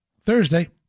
Thursday